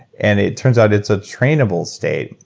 and it turns out it's a trainable state.